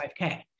5k